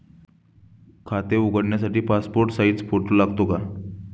खाते उघडण्यासाठी passport size photo लागतो का?